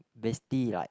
basically like